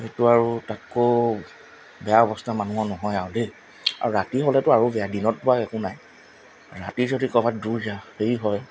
সেইটো আৰু তাতকৈ বেয়া অৱস্থা মানুহৰ নহয় আৰু দেই আৰু ৰাতি হ'লেতো আৰু বেয়া দিনত বাৰু একো নাই ৰাতি যদি ক'ৰবাত দূৰ জেগা হেৰি হয়